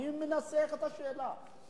מי מנסח את השאלה?